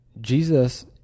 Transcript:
Jesus